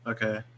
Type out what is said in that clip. Okay